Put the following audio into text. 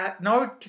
no